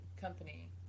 company